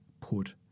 put